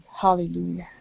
hallelujah